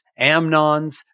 Amnons